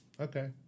Okay